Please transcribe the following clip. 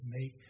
Make